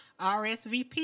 RSVP